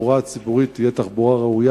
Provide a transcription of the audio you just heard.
ושהתחבורה הציבורית תהיה תחבורה ראויה